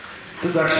בזה.